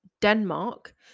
Denmark